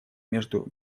между